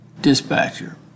Dispatcher